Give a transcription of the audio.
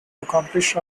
accomplish